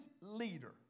leader